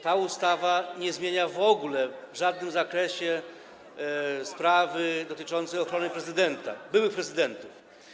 Ta ustawa nie zmienia w ogóle w żadnym zakresie sprawy dotyczącej ochrony prezydenta, byłych prezydentów.